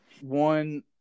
One